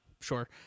sure